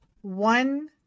one